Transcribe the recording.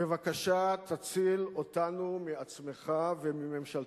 בבקשה תציל אותנו מעצמך ומממשלתך.